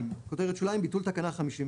ביטול תקנה 51